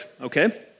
okay